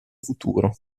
futuro